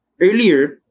Earlier